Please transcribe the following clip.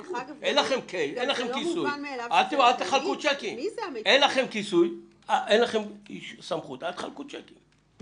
אם אין לכם כיסוי ואין לכם סמכות, אל תחלקו צ'קים.